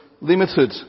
limited